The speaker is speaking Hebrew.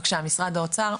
בבקשה, משרד האוצר.